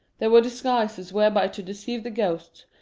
they were disguises whereby to deceive the ghosts,